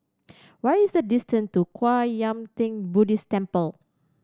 what is the distance to Kwan Yam Theng Buddhist Temple